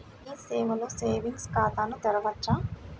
మీ సేవలో సేవింగ్స్ ఖాతాను తెరవవచ్చా?